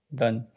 done